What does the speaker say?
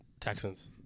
Texans